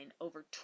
over